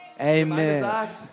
Amen